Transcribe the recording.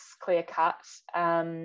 clear-cut